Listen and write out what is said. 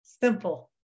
Simple